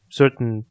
certain